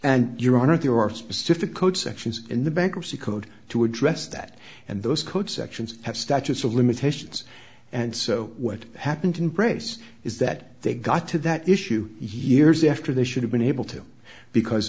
and your honor there are specific code sections in the bankruptcy code to address that and those code sections have statutes of limitations and so what happened in brace is that they got to that issue years after they should have been able to because